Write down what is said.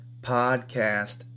podcast